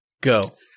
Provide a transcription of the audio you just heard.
Go